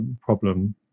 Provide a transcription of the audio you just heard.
problem